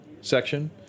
section